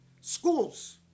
schools